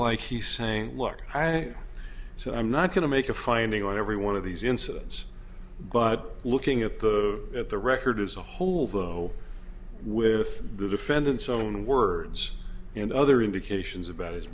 like he's saying look i think so i'm not going to make a finding on every one of these incidents but looking at the at the record as a whole though with the defendant's own words and other indications about his